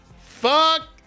fuck